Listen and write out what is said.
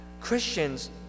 Christians